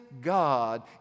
God